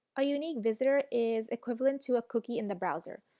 a unique visitor is equivalent to a cookie in the browser.